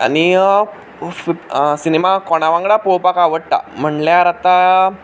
आनी सिनेमा कोणा वांगडा पोवपाक आवडटा म्हणल्यार आतां